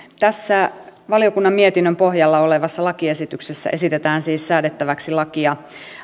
tässä valiokunnan mietinnön pohjalla olevassa lakiesityksessä esitetään siis säädettäväksi lakia